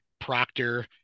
proctor